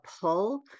pull